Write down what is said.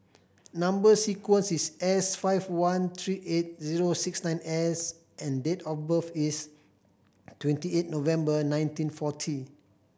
number sequence is S five one three eight zero six nine S and date of birth is twenty eight November nineteen forty